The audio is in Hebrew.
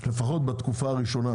לפחות בתקופה הראשונה,